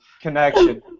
connection